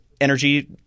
energy